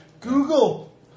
Google